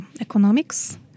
economics